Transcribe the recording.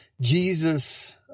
Jesus